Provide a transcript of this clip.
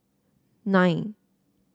nine